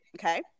okay